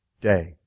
day